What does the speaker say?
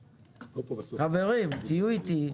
חברים תהיו איתי,